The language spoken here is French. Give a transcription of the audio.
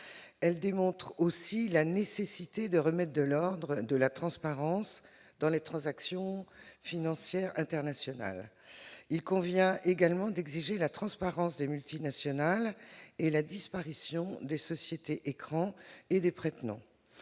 la législation et de remettre de l'ordre et de la transparence dans les transactions financières internationales. Il convient également d'exiger la transparence des multinationales et la disparition des sociétés-écrans et des prête-noms.